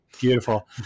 Beautiful